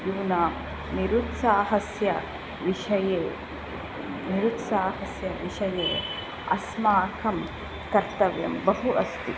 यूनां निरुत्साहस्य विषये निरुत्साहस्य विषये अस्माकं कर्तव्यं बहु अस्ति